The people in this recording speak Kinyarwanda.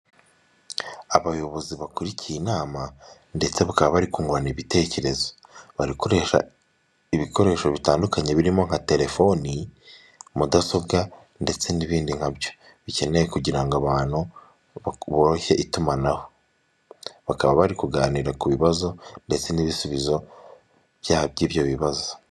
Abayobozi bakurikiye inama ndetse bakaba bari kungurana ibitekerezo barakoresha ibikoresho bitandukanye birimo nka telefoni, mudasobwa ndetse n'ibindi nkabyo bikenewe kugira ngo abantu baroshye itumanaho, bakaba bari kuganira ku bibazo ndetse n'ibisubizo by'ibyo bibazo.